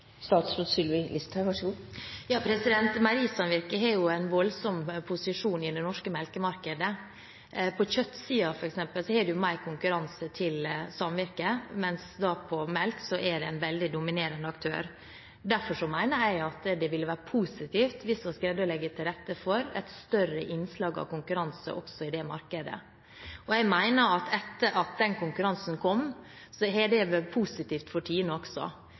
har jo en voldsom posisjon i det norske melkemarkedet. På kjøttsiden, f.eks., har de mer konkurranse til samvirket, mens på melk er det en veldig dominerende aktør. Derfor mener jeg at det ville være positivt hvis vi greide å legge til rette for et større innslag av konkurranse også i det markedet. Jeg mener at etter at den konkurransen kom, har det vært positivt for TINE også,